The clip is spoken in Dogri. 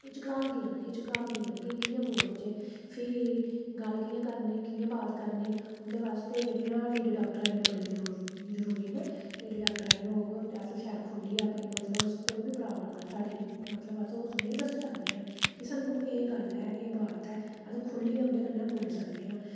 हिचकांदियां न हिचकांदियां न कि कि'यां बोलचै फ्ही गल्ल कि'यां करनी कि'यां बात करनी उंदे बास्तै जेह्ड़ियां लेडी डाक्टरेआनियां बड़ी जर जरूरी न लेडी डाक्टरेआनी होग ते अस शैल खुल्लियै अपनी मतलब कोई बी प्राब्लम न साढ़ी मतलब अस उ'नेंगी दस्सी सकने आं कि सानूं एह् गल्ल ऐ एह् बात ऐ अस खुल्लियै उं'दे कन्नै बोली सकने आं